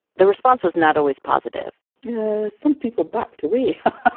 the response was not always positive some people backed away